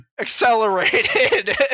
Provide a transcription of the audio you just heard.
accelerated